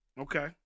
Okay